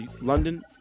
London